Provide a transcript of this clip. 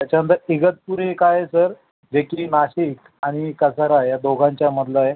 त्याच्यानंतर इगतपुरी एक आहे सर जे की नाशिक आणि कसारा या दोघांच्या मधलं आहे